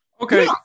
Okay